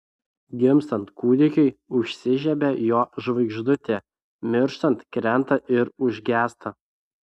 gimstant kūdikiui užsižiebia jo žvaigždutė mirštant krenta ir užgęsta